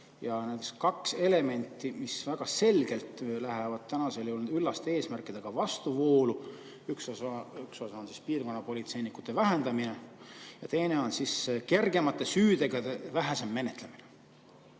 kaks elementi, mis väga selgelt lähevad tänasel juhul üllaste eesmärkidega vastuvoolu: üks osa on piirkonnapolitseinikute arvu vähendamine ja teine on kergemate süütegude vähesem menetlemine.